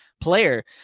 player